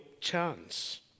chance